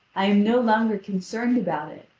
i am no longer concerned about it,